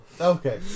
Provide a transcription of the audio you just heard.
Okay